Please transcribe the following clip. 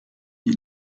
die